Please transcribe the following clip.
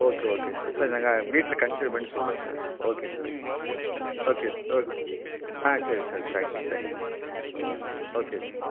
okay okay sir sir நாங்கள் வீட்டில் consider பண்ணிட்டு சொல்கிறேன் sir okay sir okay okay ஆ சரி sir thank you thank you sir okay sir okay sir